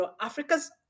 Africa's